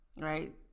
right